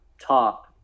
top